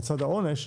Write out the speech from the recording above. בצד העונש,